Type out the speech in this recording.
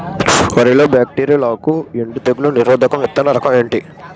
వరి లో బ్యాక్టీరియల్ ఆకు ఎండు తెగులు నిరోధక విత్తన రకం ఏంటి?